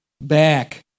back